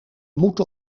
moeten